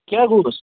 کیٛاہ گَوس